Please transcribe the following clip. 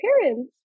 parents